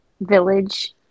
village